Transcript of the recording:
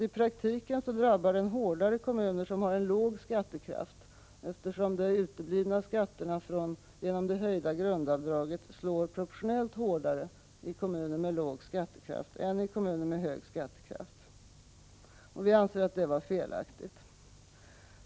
I praktiken drabbar den nämligen ojämnt, eftersom de uteblivna skatterna genom det höjda grundavdraget slår proportionellt hårdare i kommuner med låg skattekraft än i kommuner med hög skattekraft. Vi anser att detta är felaktigt.